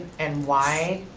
and why?